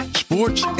sports